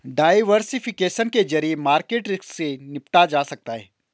diversification के जरिए market risk से निपटा जा सकता है